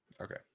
Okay